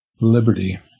liberty